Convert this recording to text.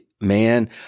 man